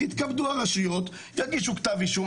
יתכבדו הרשויות ויגישו כתב אישום.